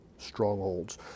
strongholds